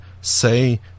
Say